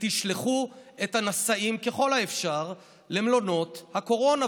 ותשלחו את הנשאים ככל האפשר למלונות הקורונה,